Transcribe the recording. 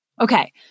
Okay